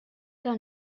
que